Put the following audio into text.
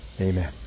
Amen